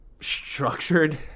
structured